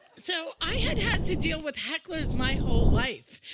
so i had had to deal with hecklers my whole life.